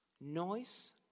noise